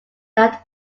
that